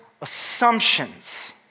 assumptions